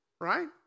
right